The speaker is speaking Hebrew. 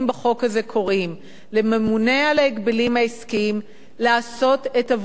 קוראים לממונה על ההגבלים העסקיים לעשות את עבודתו,